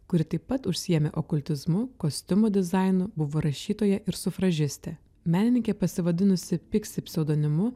kuri taip pat užsiėmė okultizmu kostiumų dizainu buvo rašytoja ir sufražistė menininkė pasivadinusi piksi pseudonimu